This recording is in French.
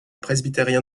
presbytérien